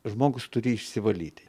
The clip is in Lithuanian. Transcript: žmogus turi išsivalyti